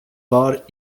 bar